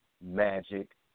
magic